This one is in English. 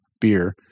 beer